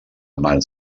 mans